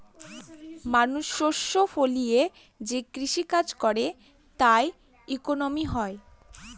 মানুষ শস্য ফলিয়ে যে কৃষি কাজ করে তার ইকোনমি হয়